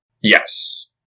Yes